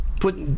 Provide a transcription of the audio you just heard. put